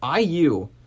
IU